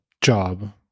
job